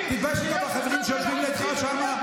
תתבייש אתה והחברים שיושבים לידך שם,